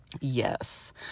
yes